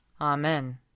Amen